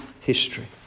history